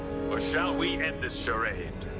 or shall we end this charade?